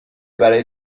برای